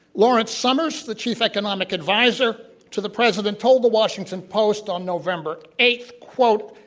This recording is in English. lawrence summers, the chief economic advisor to the president, told the washington post on november eighth, quote,